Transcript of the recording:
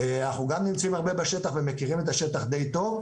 אנחנו נמצאים הרבה בשטח ומכירים את השטח די טוב.